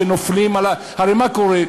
הרי מה קורה?